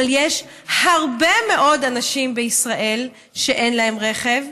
אבל יש הרבה מאוד אנשים בישראל שאין להם רכב,